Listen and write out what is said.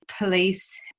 police